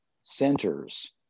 centers